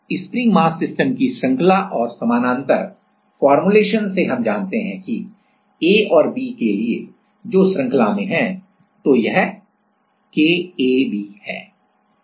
और spring mass system की श्रृंखला और समानांतर फॉर्मूलेशन से हम जानते हैं कि ए और बी के लिए जो श्रृंखला में है तो यह KAB है